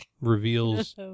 reveals